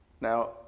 Now